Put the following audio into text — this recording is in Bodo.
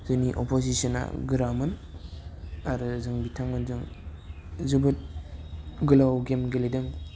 जोंनि अपजिसना गोरामोन आरो जों बिथांमोनजों जोबोद गोलाव गेम गेलेदों